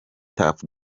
tuff